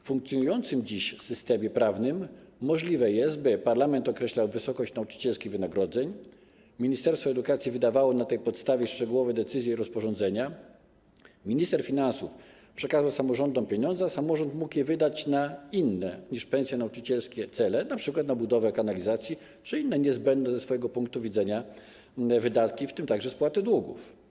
W funkcjonującym dziś systemie prawnym możliwe jest, by parlament określał wysokość nauczycielskich wynagrodzeń, ministerstwo edukacji wydawało na tej podstawie szczegółowe decyzje i rozporządzenia, minister finansów przekazywał samorządom pieniądze, a samorząd mógł je wydać na inne niż pensja nauczycielska cele, np. na budowę kanalizacji czy inne niezbędne ze swojego punktu widzenia wydatki, w tym także spłaty długów.